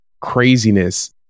craziness